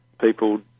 People